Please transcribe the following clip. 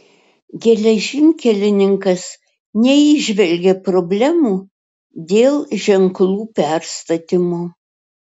geležinkelininkas neįžvelgė problemų dėl ženklų perstatymo